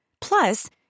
Plus